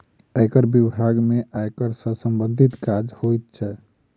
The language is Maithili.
आयकर बिभाग में आयकर सॅ सम्बंधित काज होइत छै